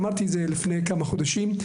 אמרתי לפני כמה חודשים,